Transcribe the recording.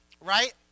right